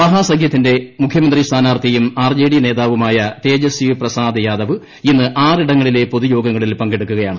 മഹാസഖ്യത്തിന്റെ മുഖ്യമന്ത്രി സ്ഥാനാർത്ഥിയും ആർജെഡി നേതാവുമായ തേജസ്വി പ്രസാദ് യാദവ് ഇന്ന് ആറിടങ്ങളിലെ പൊതുയോഗത്തിൽ പങ്കെടുക്കുകയാണ്